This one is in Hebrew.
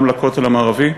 גם לכותל המערבי.